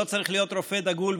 לא צריך להיות רופא דגול,